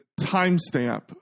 timestamp